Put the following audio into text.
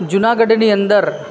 જુનાગઢની અંદર